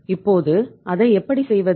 இப்போது அதை எப்படி செய்வது